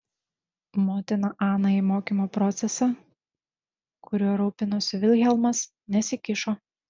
motina ana į mokymo procesą kuriuo rūpinosi vilhelmas nesikišo